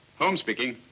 holmes speaking.